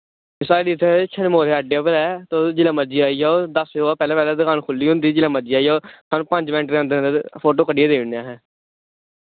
साढ़ी इत्थै अड्डे पर ऐ तुस जिल्लै मर्जी आई जाओ दस बजे कोला पैह्लै पैह्लै दुकान खुल्ली होंदी जिल्लै मर्जी आई जाओ थोआनू पंज मैंट दे अंदर अंदर फोटो कड्ढियै देई ओड़ने असैं